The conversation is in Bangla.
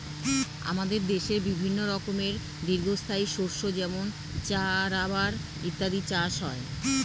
আমাদের দেশে বিভিন্ন রকমের দীর্ঘস্থায়ী শস্য যেমন চা, রাবার ইত্যাদির চাষ হয়